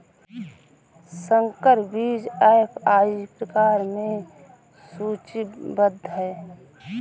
संकर बीज एफ.आई प्रकार में सूचीबद्ध है